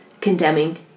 condemning